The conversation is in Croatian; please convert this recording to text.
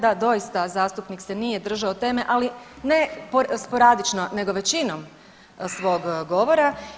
Da, doista zastupnik se nije državo teme, ali ne sporadnično nego većinom svog govora.